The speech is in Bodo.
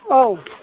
औ